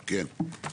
כן.